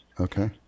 okay